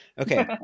Okay